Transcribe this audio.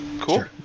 Cool